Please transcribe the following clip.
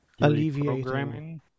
alleviating